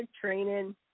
training